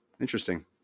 Interesting